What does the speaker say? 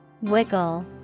Wiggle